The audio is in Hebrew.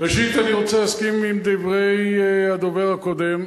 ראשית אני רוצה להסכים עם דברי הדובר הקודם,